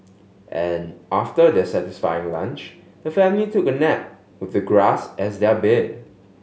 an after their satisfying lunch the family took a nap with the grass as their bed